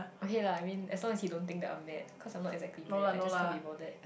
okay lah I mean as long as he don't think that I'm mad cause I'm not exactly mad I just can't be bothered